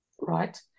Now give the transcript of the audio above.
Right